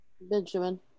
Benjamin